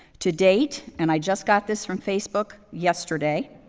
to date, and i just got this from facebook yesterday,